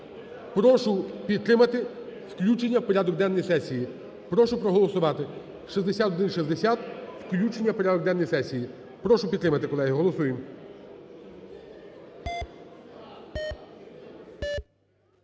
Прошу підтримати включення у порядок денний сесії. Прошу проголосувати 6160 – включення у порядок денний сесії. Прошу підтримати, колеги. Голосуємо.